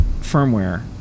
firmware